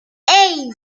hey